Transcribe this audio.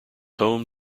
home